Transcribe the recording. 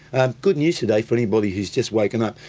ah good news today for anybody who's just woken up,